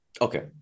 Okay